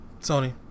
Sony